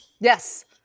Yes